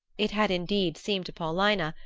it had indeed seemed to paulina,